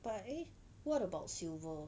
but eh what about silver